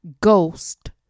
ghost